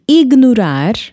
ignorar